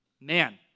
man